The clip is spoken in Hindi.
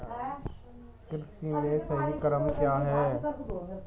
कृषि में सही क्रम क्या है?